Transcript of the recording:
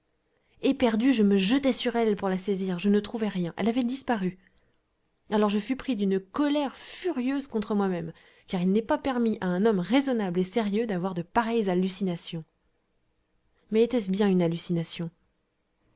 éperdu je me jetai sur elle pour la saisir je ne trouvai rien elle avait disparu alors je fus pris d'une colère furieuse contre moi-même car il n'est pas permis à un homme raisonnable et sérieux d'avoir de pareilles hallucinations mais était-ce bien une hallucination